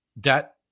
debt